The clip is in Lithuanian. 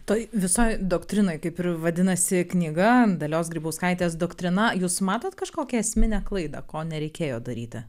toj visoj doktrinoj kaip ir vadinasi knyga dalios grybauskaitės doktrina jūs matot kažkokią esminę klaidą ko nereikėjo daryti